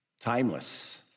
Timeless